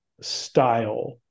style